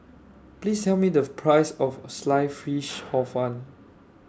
Please Tell Me The Price of Sliced Fish Hor Fun